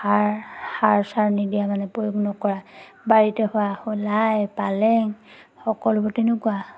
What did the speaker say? সাৰ সাৰ চাৰ নিদিয়া মানে প্ৰয়োগ নকৰা বাৰীতে হোৱা লাই পালেং সকলোবোৰ তেনেকুৱা